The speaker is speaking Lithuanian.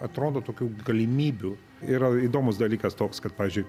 atrodo tokių galimybių yra įdomus dalykas toks kad pavyzdžiui